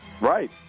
Right